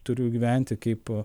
turiu gyventi kaip